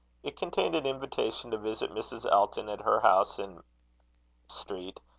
it contained an invitation to visit mrs. elton at her house in street,